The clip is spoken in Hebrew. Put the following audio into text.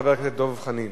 חבר הכנסת דב חנין.